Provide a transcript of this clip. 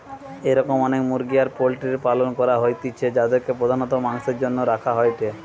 এরম অনেক মুরগি আর পোল্ট্রির পালন করা হইতিছে যাদিরকে প্রধানত মাংসের জন্য রাখা হয়েটে